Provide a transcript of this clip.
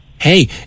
hey